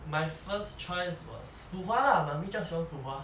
my first choice was 辅华 lah mummy 这样喜欢辅华